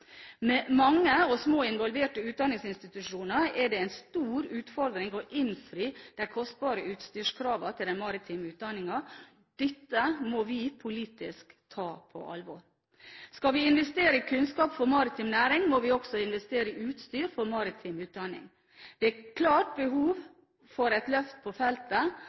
Med mange og små involverte utdanningsinstitusjoner er det en stor utfordring å innfri de kostbare utstyrskravene til den maritime utdanningen. Dette må vi politisk ta på alvor. Skal vi investere i kunnskap for maritim næring, må vi også investere i utstyr for maritim utdanning. Det er klart behov for et løft på feltet,